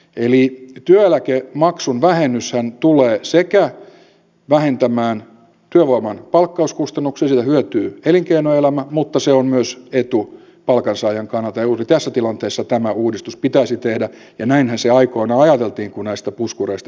eli työeläkemaksun vähennyshän sekä tulee vähentämään työvoiman palkkauskustannuksia siitä hyötyy elinkeinoelämä että se on myös etu palkansaajan kannalta ja juuri tässä tilanteessa tämä uudistus pitäisi tehdä ja näinhän se aikoinaan ajateltiin kun näistä puskureista sovittiin